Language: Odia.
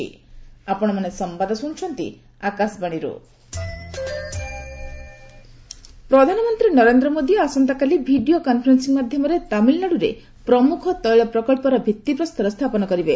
ତୈଳ ଗ୍ୟାସ ଭିତ୍ତିପ୍ରସ୍ତର ପ୍ରଧାନମନ୍ତ୍ରୀ ନରେନ୍ଦ୍ର ମୋଦି ଆସନ୍ତାକାଲି ଭିଡିଓ କନଫରେନ୍ ିଂ ମାଧ୍ୟମରେ ତାମିଲନାଡୁରେ ପ୍ରମୁଖ ତେଳ ପ୍ରକଳ୍ପ ଭିତ୍ତିପ୍ରସ୍ତର ସ୍ଥାପନ କରିବେ